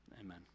Amen